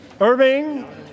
Irving